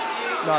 לא,